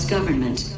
government